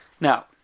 Now